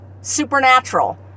supernatural